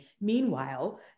Meanwhile